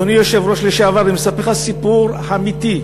אדוני היושב-ראש לשעבר, אני מספר לך סיפור אמיתי,